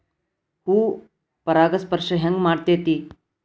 ಹೂ ಪರಾಗಸ್ಪರ್ಶ ಹೆಂಗ್ ಮಾಡ್ತೆತಿ?